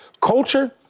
Culture